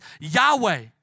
Yahweh